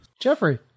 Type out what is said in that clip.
Jeffrey